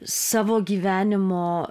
savo gyvenimo